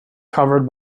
covered